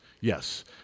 yes